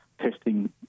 testing